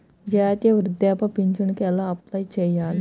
జాతీయ వృద్ధాప్య పింఛనుకి ఎలా అప్లై చేయాలి?